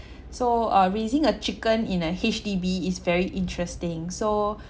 so uh raising a chicken in a H_D_B is very interesting so